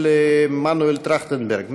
של מנואל טרכטנברג.